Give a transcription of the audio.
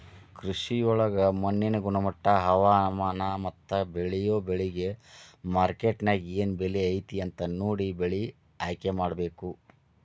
ಕೃಷಿಯೊಳಗ ಮಣ್ಣಿನ ಗುಣಮಟ್ಟ, ಹವಾಮಾನ, ಮತ್ತ ಬೇಳಿಯೊ ಬೆಳಿಗೆ ಮಾರ್ಕೆಟ್ನ್ಯಾಗ ಏನ್ ಬೆಲೆ ಐತಿ ಅಂತ ನೋಡಿ ಬೆಳೆ ಆಯ್ಕೆಮಾಡಬೇಕು